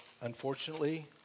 unfortunately